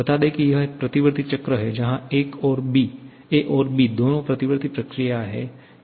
बता दें कि यह एक प्रतिवर्ती चक्र है जहा a और b दोनों प्रतिवर्ती प्रक्रियाएं हैं